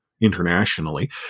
internationally